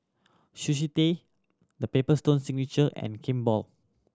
Sushi Tei The Paper Stone Signature and Kimball